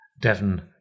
Devon